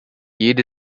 jede